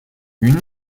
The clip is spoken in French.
une